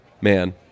man